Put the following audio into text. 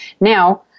Now